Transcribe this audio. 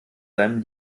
seinem